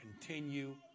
continue